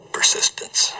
Persistence